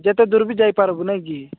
ଯେତେ ଦୂର୍ ବି ଯାଇପାରିବୁ ନାଇଁକି